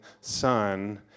son